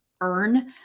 earn